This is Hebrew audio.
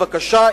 בבקשה,